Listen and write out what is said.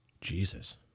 Jesus